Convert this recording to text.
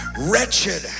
wretched